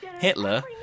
Hitler